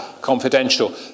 confidential